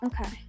okay